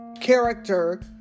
character